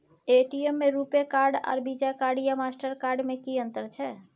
ATM में RuPay card आर Visa card या मास्टर कार्ड में कि अतंर छै?